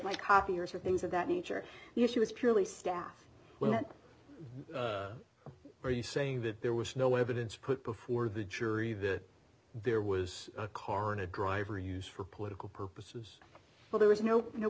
my copiers or things of that nature you she was purely staff when are you saying that there was no evidence put before the jury that there was a car in a drive or use for political purposes but there was no no